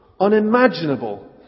unimaginable